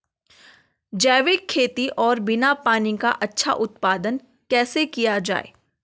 जैविक खेती और बिना पानी का अच्छा उत्पादन कैसे किया जाए?